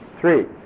three